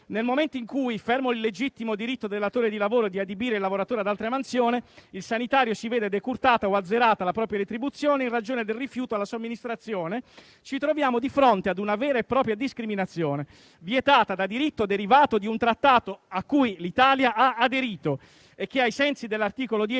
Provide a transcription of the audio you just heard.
nel momento in cui - fermo il legittimo diritto del datore di adibire il lavoratore ad altra mansione - il sanitario si vede decurtata o azzerata la propria retribuzione in ragione del rifiuto alla somministrazione ci troviamo di fronte ad una vera e propria discriminazione, vietata da diritto derivato di un Trattato a cui l'Italia ha aderito, e che ai sensi dell'Articolo 10